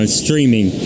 streaming